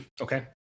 Okay